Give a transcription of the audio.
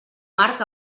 marc